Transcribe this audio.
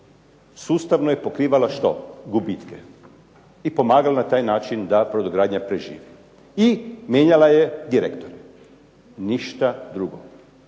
Sustavno je pokrivala što? Gubitke, i pomagala na taj način da brodogradnja preživi. I mijenjala je direktore, ništa drugo.